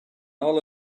all